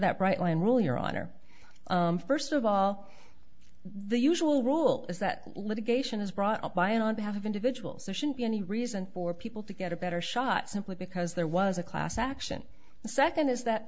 that bright line rule your honor first of all the usual rule is that litigation is brought up by on behalf of individuals or shouldn't be any reason for people to get a better shot simply because there was a class action the second is that